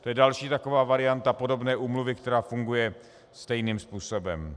To je další taková varianta podobné úmluvy, která funguje stejným způsobem.